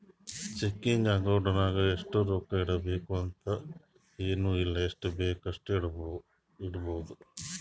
checking account ನಾಗ್ ಇಷ್ಟೇ ರೊಕ್ಕಾ ಇಡಬೇಕು ಅಂತ ಎನ್ ಇಲ್ಲ ಎಷ್ಟಬೇಕ್ ಅಷ್ಟು ಇಡ್ಬೋದ್